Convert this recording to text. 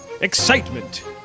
excitement